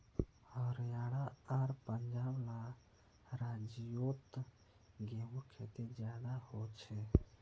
हरयाणा आर पंजाब ला राज्योत गेहूँर खेती ज्यादा होछे